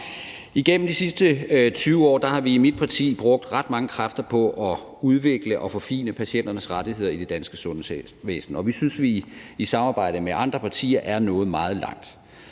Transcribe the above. Igennem de sidste 20 år har vi i mit parti brugt ret mange kræfter på at udvikle og forfine patienternes rettigheder i det danske sundhedsvæsen, og vi synes, at vi i samarbejde med andre partier er nået meget langt.